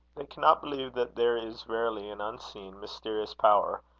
they cannot believe that there is verily an unseen mysterious power,